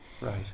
Right